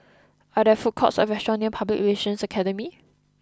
are there food courts or restaurants near Public Relations Academy